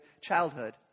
childhood